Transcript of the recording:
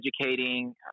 educating